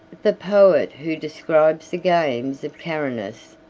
the poet who describes the games of carinus,